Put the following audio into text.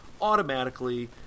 automatically